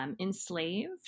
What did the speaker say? Enslaved